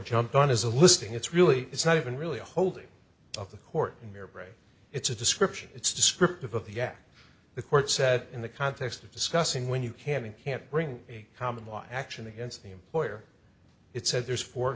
jump on is a listing it's really it's not even really a holding of the court in your brain it's a description it's descriptive of the act the court said in the context of discussing when you can and can't bring a common law action against the employer it said there's four